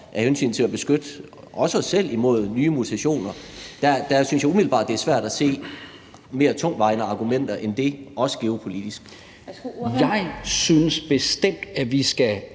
af hensyn til at beskytte også os selv imod nye mutationer, og der synes jeg umiddelbart, det er svært at se mere tungtvejende argumenter end det, også geopolitisk. Kl. 17:10 Den fg.